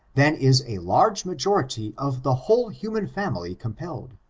than is a large majority of the whole human family compelled,